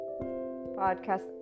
podcast